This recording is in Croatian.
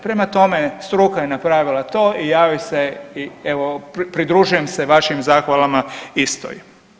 Prema tome struka je napravila to i ja joj se i evo pridružujem se vašim zahvalama istoj.